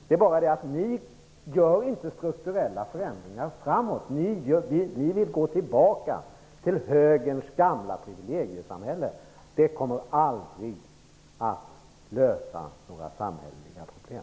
Det är bara det att ni inte gör strukturella förändringar framåt, utan ni vill gå tillbaka till högerns gamla privilegiesamhälle. Det kommer aldrig att lösa några samhälleliga problem.